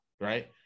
right